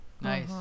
nice